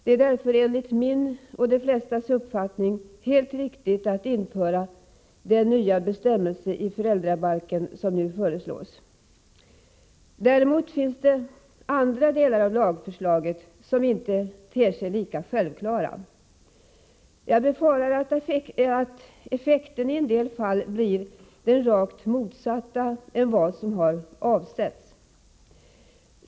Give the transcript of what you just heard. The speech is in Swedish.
Det är därför enligt min och de flestas uppfattning helt riktigt att införa de nya bestämmelser i föräldrabalken som nu föreslås. Däremot finns det andra delar av lagförslaget som inte ter sig lika självklara. Jag befarar att effekten i en del fall blir den rakt motsatta mot vad som avsetts.